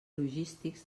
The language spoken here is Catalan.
logístics